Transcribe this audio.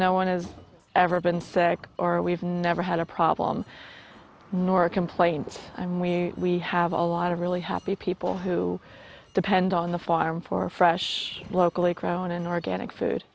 no one has ever been sick or we've never had a problem nor complain and we have a lot of really happy people who depend on the farm for fresh locally grown and organic food